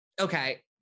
Okay